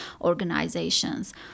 organizations